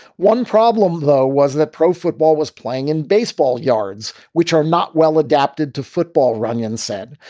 one problem, though, was that pro football was playing in baseball yards, which are not well adapted to football, runyon said.